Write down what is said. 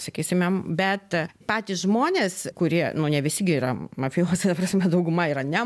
sakysime bet patys žmonės kurie nu ne visi gi yra mafijozai ta prasme dauguma yra ne